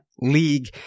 league